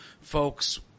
folks